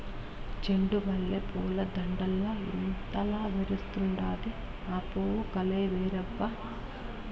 చెండు మల్లె పూల దండల్ల ఇల్లంతా మెరుస్తండాది, ఆ పూవు కలే వేరబ్బా